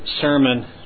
sermon